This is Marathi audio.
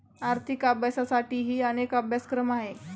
आर्थिक अभ्यासासाठीही अनेक अभ्यासक्रम आहेत